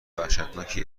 وحشتناکی